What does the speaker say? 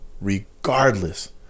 regardless